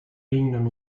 liegenden